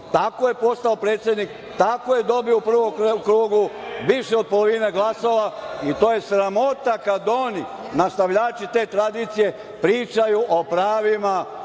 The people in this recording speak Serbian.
je postao predsednik. Tako je dobio u prvom krugu više od polovine glasova, i to je sramota kada oni nastavljači te tradicije pričaju o pravima